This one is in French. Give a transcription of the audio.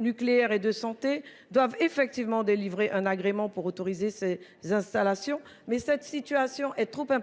nucléaire et de santé doivent délivrer un agrément pour autoriser ces installations, mais la situation est trop grave